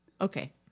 Okay